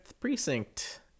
Precinct